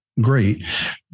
great